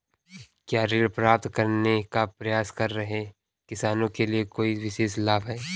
क्या ऋण प्राप्त करने का प्रयास कर रहे किसानों के लिए कोई विशेष लाभ हैं?